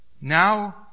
Now